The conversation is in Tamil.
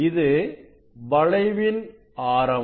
இது வளைவின் ஆரம்